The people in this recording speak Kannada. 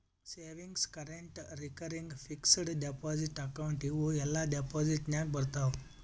savings, current, recurring, fixed deposit account ಇವೂ ಎಲ್ಲಾ ಡೆಪೋಸಿಟ್ ನಾಗೆ ಬರ್ತಾವ್